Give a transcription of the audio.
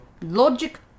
logic